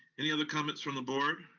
any other comments from the board?